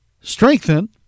strengthen